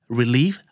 relief